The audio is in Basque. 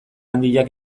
handiak